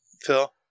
Phil